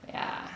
yeah